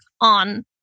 on